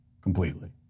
completely